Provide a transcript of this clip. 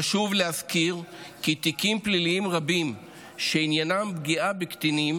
חשוב להזכיר כי תיקים פליליים רבים שעניינם פגיעה בקטינים